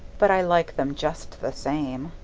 but i like them just the same.